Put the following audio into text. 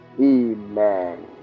Amen